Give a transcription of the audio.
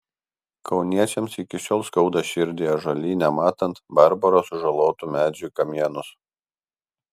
kauniečiams iki šiol skauda širdį ąžuolyne matant barbaro sužalotų medžių kamienus